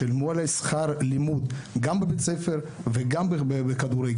שילמו עלי שכר לימוד גם בבית הספר וגם בכדורגל.